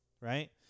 right